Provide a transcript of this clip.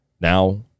Now